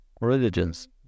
religions